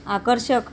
आकर्षक